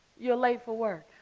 you're late for work.